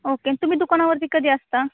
okay तुम्ही दुकानावरती कधी असता